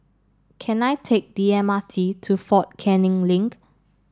can I take the M R T to Fort Canning Link